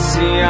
See